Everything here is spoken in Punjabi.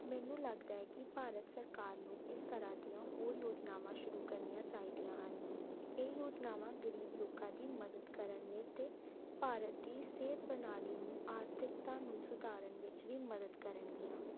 ਮੈਨੂੰ ਲੱਗਦਾ ਹੈ ਕਿ ਭਾਰਤ ਸਰਕਾਰ ਨੂੰ ਇਸ ਤਰ੍ਹਾਂ ਦੀਆਂ ਹੋਰ ਯੋਜਨਾਵਾਂ ਸ਼ੁਰੂ ਕਰਨੀਆਂ ਚਾਹੀਦੀਆਂ ਹਨ ਇਹ ਯੋਜਨਾਵਾਂ ਗਰੀਬ ਲੋਕਾਂ ਦੀ ਮਦਦ ਕਰਨ ਵਿੱਚ ਅਤੇ ਭਾਰਤ ਦੀ ਸਿਹਤ ਪ੍ਰਣਾਲੀ ਨੂੰ ਆਰਥਿਕਤਾ ਨੂੰ ਸੁਧਾਰਨ ਵਿੱਚ ਵੀ ਮਦਦ ਕਰਨਗੀਆਂ